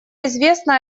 известно